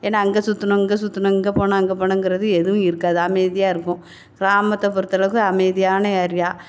ஏன்னா அங்கே சுற்றுனோம் இங்கே சுற்றுனோம் இங்கே போனோம் அங்கே போனோங்கிறது எதுவும் இருக்காது அமைதியாக இருக்கும் கிராமத்தை பொறுத்த அளவுக்கு அமைதியான ஏரியா